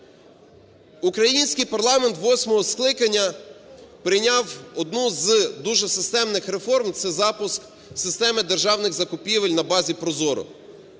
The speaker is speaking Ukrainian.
Український парламент восьмого скликання прийняв одну з дуже системних реформ - це запуск системи державних закупівель на базі ProZorro,